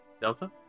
Delta